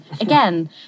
again